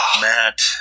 Matt